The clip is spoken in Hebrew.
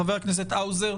חבר הכנסת האוזר.